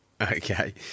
Okay